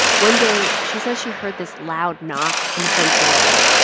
one day, she says she heard this loud knock on the front door.